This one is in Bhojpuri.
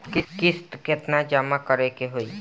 किस्त केतना जमा करे के होई?